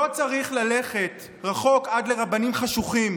לא צריך ללכת רחוק עד לרבנים חשוכים,